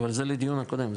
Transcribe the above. אבל זה לדיון הקודם,